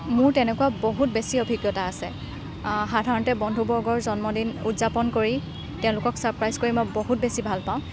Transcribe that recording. মোৰ তেনেকুৱা বহুত বেছি অভিজ্ঞতা সাধাৰণতে বন্ধুবৰ্গৰ জন্মদিন উদযাপন কৰি তেওঁলোকক ছাৰপ্ৰাইজ কৰি মই বহুত বেছি ভাল পাওঁ